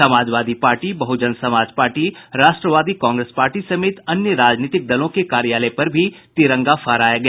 Samajwadi party Bahujan Samaj party Rashtravadi Congress party समेत अन्य राजनीतिक दलों के कार्यालय पर भी तिरंगा फहराया गया